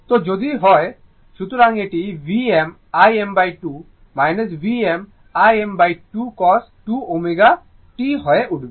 সুতরাং এটি Vm Im2 Vm Im2 cos 2 ω t হয়ে উঠবে